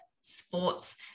sports